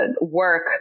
work